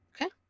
Okay